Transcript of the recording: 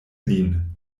lin